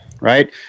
Right